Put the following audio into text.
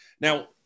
Now